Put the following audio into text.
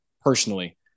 personally